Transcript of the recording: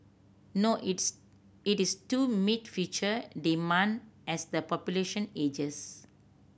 no its it is to meet future demand as the population ages